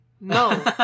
No